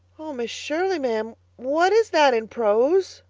oh, miss shirley, ma'am, what is that in prose?